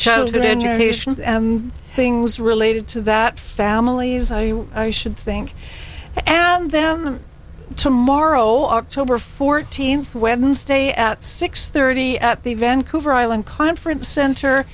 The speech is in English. childhood in your nations and things related to that family i should think and then tomorrow october fourteenth wednesday at six thirty at the vancouver island conference center